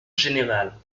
générale